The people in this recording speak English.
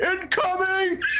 Incoming